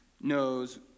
knows